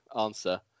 answer